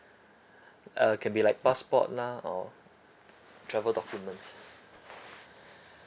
uh can be like passport lah or travel documents